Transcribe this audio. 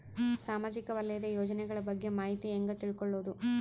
ಸಾಮಾಜಿಕ ವಲಯದ ಯೋಜನೆಗಳ ಬಗ್ಗೆ ಮಾಹಿತಿ ಹ್ಯಾಂಗ ತಿಳ್ಕೊಳ್ಳುದು?